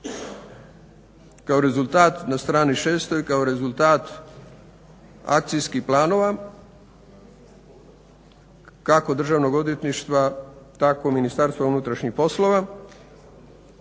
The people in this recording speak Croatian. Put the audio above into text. Kaže se na strani 6 da kao rezultat akcijskih planova kako državnog odvjetništva tako Ministarstva unutrašnjih poslova